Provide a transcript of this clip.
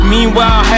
Meanwhile